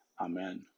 Amen